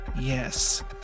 yes